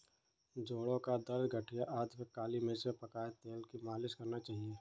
जोड़ों का दर्द, गठिया आदि में काली मिर्च में पकाए तेल की मालिश करना चाहिए